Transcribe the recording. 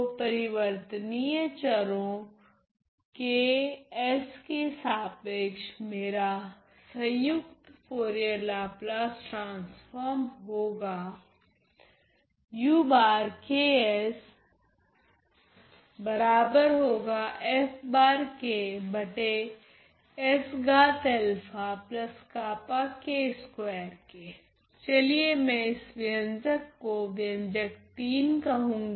तो परिवर्तनीय चरो k s के सापेक्ष मेरा संयुक्त फुरियर लाप्लास ट्रांसफोर्म होगा चलिए मैं इस व्यंजक को व्यंजक III कहूँगी